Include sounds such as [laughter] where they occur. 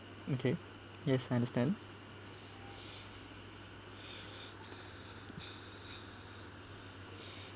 okay yes I understand [breath]